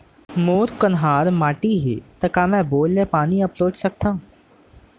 मोर कन्हार माटी हे, त का मैं बोर ले पानी अपलोड सकथव?